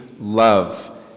love